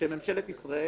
שממשלת ישראל